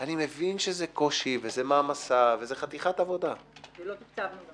אני מבין שזה קושי וזה מעמסה וזה חתיכת העבודה -- וגם לא תוקצבנו.